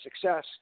success